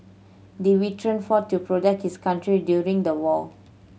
the veteran fought to protect his country during the war